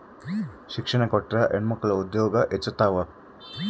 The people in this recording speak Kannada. ಶಿಕ್ಷಣ ಕೊಟ್ರ ಹೆಣ್ಮಕ್ಳು ಉದ್ಯೋಗ ಹೆಚ್ಚುತಾವ